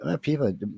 People